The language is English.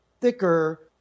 thicker